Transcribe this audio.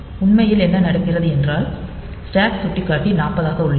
உண்மையில் என்ன நடக்கிறது என்றால் ஸ்டாக் சுட்டிக்காட்டி 40 ஆக உள்ளது